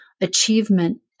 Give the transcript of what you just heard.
achievement